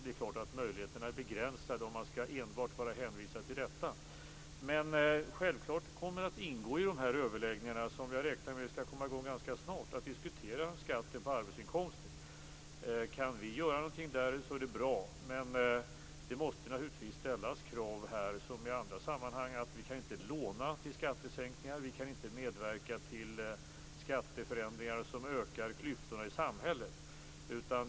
Det är klart att möjligheterna är begränsade om man skall vara hänvisad enbart till detta. I de överläggningar som jag räknar med skall komma i gång ganska snart kommer det självklart att ingå en diskussion om skatten på arbetsinkomster. Om vi kan göra något där, är det bra. Men det måste naturligtvis ställas samma krav här som i andra sammanhang: Vi kan inte låna till skattesänkningar. Vi kan inte medverka till skatteförändringar som ökar klyftorna i samhället.